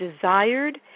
desired